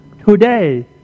today